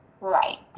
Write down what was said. Right